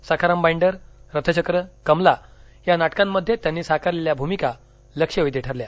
Sakharam Binder Rathchakra Kamala या नाटकांमध्ये त्यांनी साकारलेल्या भूमिका लक्ष्यवेधी ठरल्या